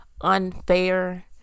unfair